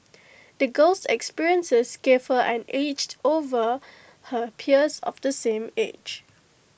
the girl's experiences gave her an edged over her peers of the same age